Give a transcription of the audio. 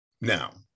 Now